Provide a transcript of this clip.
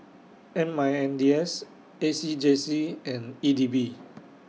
M I N D S A C J C and E D B